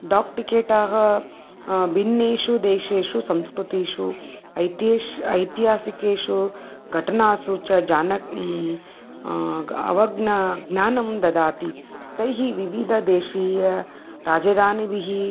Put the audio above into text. डोक् टिकेटाः भिन्नेषु देशेषु संस्कृतीषु ऐतीश् ऐतिहासिकेषु घटनासु च जानक ग अव ज्ञानं ज्ञानं ददाति तैः विविधदेशीय राजदानिभिः